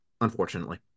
unfortunately